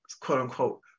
quote-unquote